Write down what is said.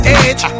edge